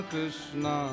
Krishna